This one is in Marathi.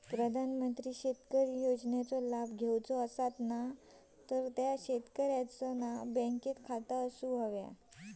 प्रधानमंत्री शेतकरी योजनेचे लाभ घेवचो असतात तर त्या शेतकऱ्याचा बँकेत खाता असूचा लागता